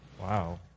Wow